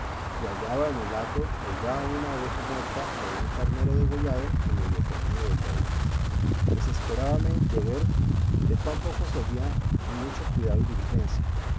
garranchos y hallaba en el hato o ya una oveja muerta o un carnero degollado y medio comido del lobo desesperábame de ver de cuán poco servía mi mucho cuidado y diligencia